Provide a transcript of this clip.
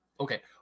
Okay